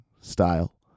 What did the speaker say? style